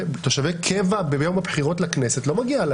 לתושבי קבע ביום הבחירות לכנסת לא מגיע,